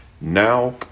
now